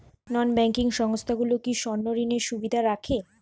নন banking সংস্থাগুলো কি স্বর্ণঋণের সুবিধা রাখে?